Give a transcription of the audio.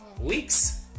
Weeks